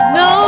no